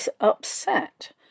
upset